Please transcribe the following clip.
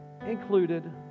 included